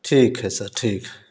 ठीक है सर ठीक है